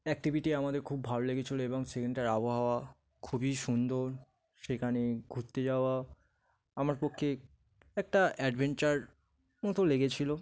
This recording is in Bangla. অ্যাক্টিভিটি আমাদের খুব ভালো লেগেছিল এবং সেখানটার আবহাওয়া খুবই সুন্দর সেখানে ঘুরতে যাওয়া আমার পক্ষে একটা অ্যাডভেঞ্চার মতো লেগেছিল